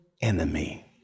enemy